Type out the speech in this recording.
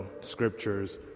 scriptures